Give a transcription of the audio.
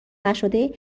نشده